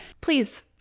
please